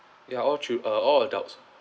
ya all true ah all adults